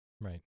Right